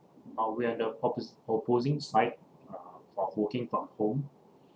uh we're the oppos~ opposing side uh for working from home